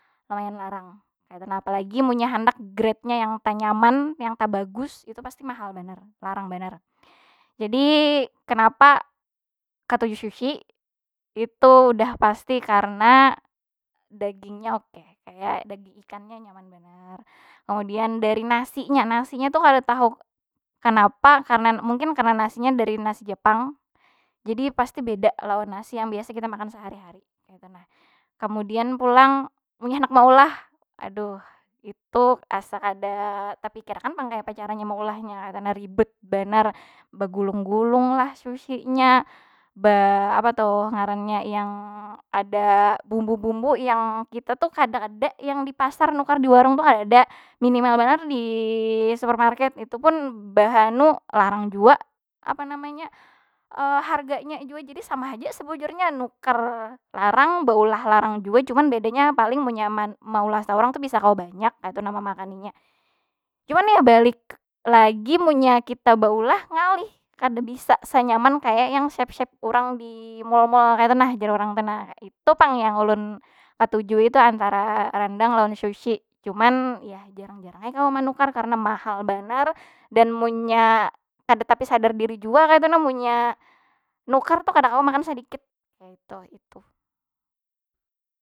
Lumayan larang, apalagi munnya handak gradenya yang tanyaman, yang tabagus itu pasti mahal banar, larang banar. Jadi, kanapa katuju sushi? Itu udah pasti karena, dagingnya oke, kaya daging ikannya nyaman banar. Kemudian dari nasinya, nasinya tu kada tahu kenapa, karena mungkin karena nasinya dari nasi jepang. jadi pasti beda lawan nasi yang kita makan sahari- hari kaytu nah. Kemudian pulang, munnya handak maulah, aduh itu asa kada tapikirakan pang kayapa caranya maulahnya kaytu nah. Ribet banar, bagulung- gulunglah sushinya, ba apatuh ngarannya yang ada bumbu- bumbu yang kita tu kada ada yang di pasar, nukar di warung- warung tu kada ada. Minimal banar di supermarket, itupun bah anu larang jua, apa namanya harganya jua. Jadi sama haja sebujurnya nuka larang, baeulah larang jua. Cuman bedanya paling mun nyaman maulah saurang tu bisa kawa banyak kaytu nah memakaninya. Cuman ya balik lagi, munnya kita baulah ngalih. Kada bisa sanyaman kaya yang chef- chef urang di mall- mall kaytu nah jar urang te nah. Itu pang yang ulun katujui tu antara randang lawan sushi. Cuman yah jarang- jarang ai kawa manukar, karena mahal banar dan munnya kada tapi sadar diri jua kaytu nah. Munnya nukar tu kada kawa makan sadikit, kaytu. Ituh.